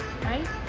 right